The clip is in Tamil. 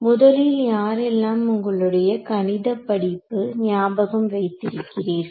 முதலில் யாரெல்லாம் உங்களுடைய கணித படிப்பு ஞாபகம் வைத்திருக்கிறீர்கள்